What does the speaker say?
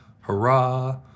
Hurrah